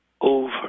over